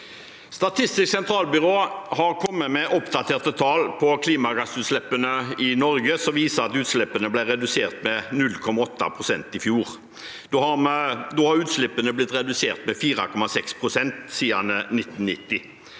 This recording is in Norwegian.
Statistisk sentralbyrå har kommet med oppdaterte tall på klimagassutslippene i Norge, som viser at utslippene ble redusert med 0,8 pst. i fjor. Da har utslippene blitt redusert med 4,6 pst. siden 1990.